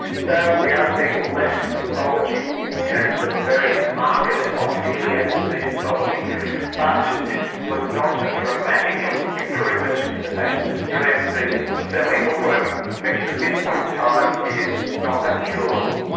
so we are seeing less pathology in terms of various markers of coeliac disease pathology but this was not a dramatic improvement in the patients with coeliac disease and certainly hookworm um infection at this point in time is not a cure-all.